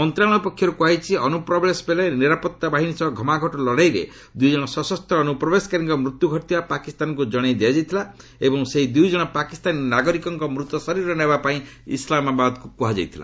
ମନ୍ତ୍ରଣାଳୟ ପକ୍ଷରୁ କୁହାଯାଇଛି ଅନୁପ୍ରବେଶ ବେଳେ ନିରାପତ୍ତା ବାହିନୀ ସହ ଘମାଘୋଟ ଲଢ଼େଇରେ ଦୁଇଜଣ ସଶସ୍ତ ଅନୁପ୍ରବେଶକାରୀଙ୍କ ମୃତ୍ୟୁ ଘଟିଥିବା ପାକିସ୍ତାନକୁ ଜଣାଇ ଦିଆଯାଇଥିଲା ଏବଂ ସେହି ଦୁଇଜଣ ପାକିସ୍ତାନୀ ନାଗରିକଙ୍କ ମୃତ ଶରୀର ନେବା ପାଇଁ ଇସ୍ଲାମାବାଦକୁ କୁହାଯାଇଥିଲା